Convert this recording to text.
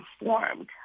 informed